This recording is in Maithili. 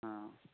हँ